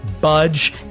budge